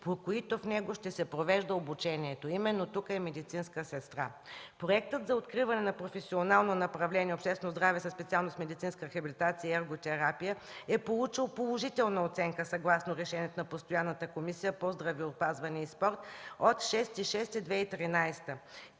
по които в него ще се провежда обучението, а именно тук е „медицинска сестра”. Проектът за откриване на професионално направление „Обществено здраве” със специалност „Медицинска рехабилитация и ерготерапия” е получил положителна оценка, съгласно Решението на постоянната Комисия по здравеопазване и спорт от 6 юни 2013